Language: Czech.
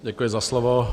Děkuji za slovo.